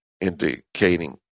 indicating